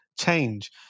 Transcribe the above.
change